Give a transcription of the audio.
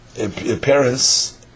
appearance